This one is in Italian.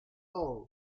law